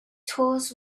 tours